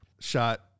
shot